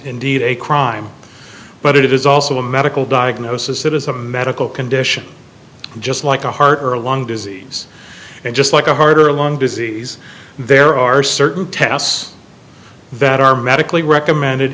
indeed a crime but it is also a medical diagnosis it is a medical condition just like a heart or lung disease and just like a hard or long disease there are certain tests that are medically recommended